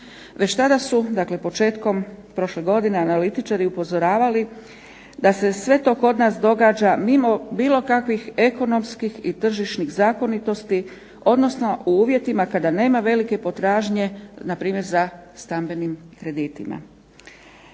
Već tada su, dakle početkom prošle godine analitičari upozoravali da se sve to kod nas događa mimo bilo kakvih ekonomskih i tržišnih zakonitosti odnosno u uvjetima kada nema velike potražnje na primjer za stambenim kreditima.